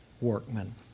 workmen